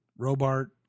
Robart